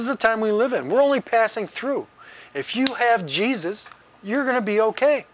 is the time we live in we're only passing through if you have jesus you're going to be ok